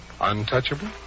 Untouchable